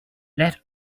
let